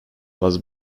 was